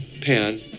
Pan